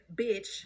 bitch